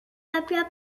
tàpia